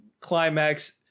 climax